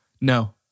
No